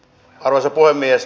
arvoisa puhemies